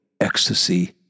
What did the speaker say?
ecstasy